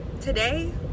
Today